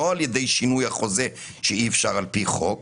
על ידי שינוי החוזה שאי אפשר על פי חוק